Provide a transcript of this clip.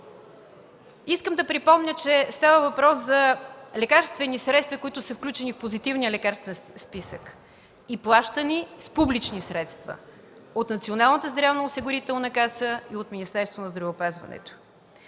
Искам да припомня, че става въпрос за лекарствени средства, които са включени в Позитивния лекарствен списък и плащани с публични средства от Националната здравноосигурителна каса и от Министерството на здравеопазването.